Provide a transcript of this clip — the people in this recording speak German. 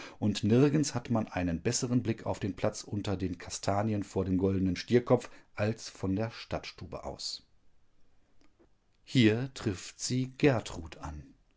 und nirgends hat man einen besseren blick auf den platz unter den kastanien vor dem goldenen stierkopf als von der stadtstube aus hier trifft sie gertrud an